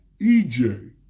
EJ